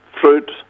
fruit